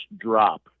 drop